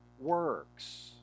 works